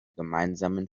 gemeinsamen